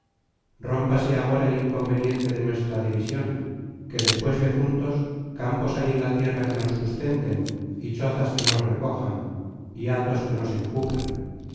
ajunte rómpase agora el inconveniente de nuestra division que despues de juntos campos hay en la tierra que nos sustenten y chozas que nos recojan y hatos que nos encubran